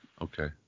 Okay